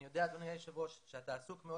אני יודע אדוני היושב ראש שאתה עסוק מאוד